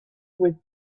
with